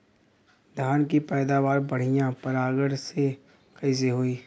धान की पैदावार बढ़िया परागण से कईसे होई?